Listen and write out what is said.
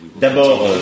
D'abord